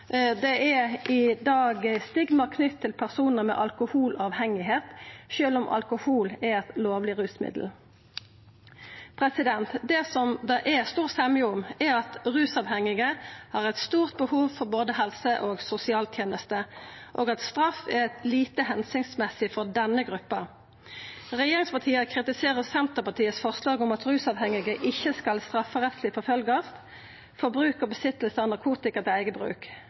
Det er i dag stigma knytt til personar som er avhengige av alkohol, sjølv om alkohol er eit lovleg rusmiddel. Det som det er stor semje om, er at rusavhengige har eit stort behov for både helse- og sosialtenester, og at straff er lite hensiktsmessig for denne gruppa. Regjeringspartia kritiserer Senterpartiets forslag om at rusavhengige ikkje skal strafferettsleg forfølgjast for bruk og innehav av narkotika til eige bruk,